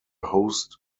host